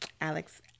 Alex